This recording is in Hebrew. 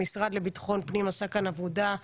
המשרד לביטחון הפנים עשה כאן עבודה,